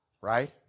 Right